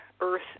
earth